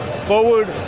forward